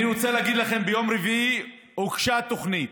אני רוצה להגיד לכם שביום רביעי הוגשה תוכנית,